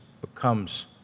becomes